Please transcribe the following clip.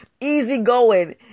easygoing